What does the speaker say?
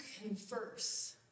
converse